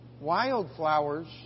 Wildflowers